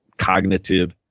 cognitive